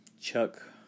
Chuck